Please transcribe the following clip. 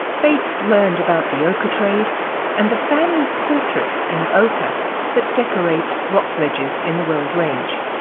bates learned about the ochre trade and the family portraits in ochre that decorate rock ledges in the weld range.